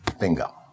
bingo